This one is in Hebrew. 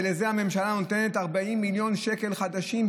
ולזה הממשלה נותנת 40 מיליון שקלים חדשים,